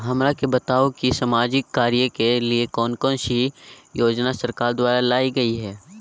हमरा के बताओ कि सामाजिक कार्य के लिए कौन कौन सी योजना सरकार द्वारा लाई गई है?